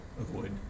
avoid